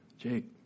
Jake